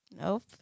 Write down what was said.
nope